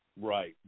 Right